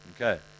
okay